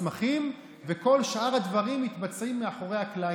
בכל מקום: עוני הוא באחריותה של מדינה.